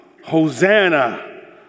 Hosanna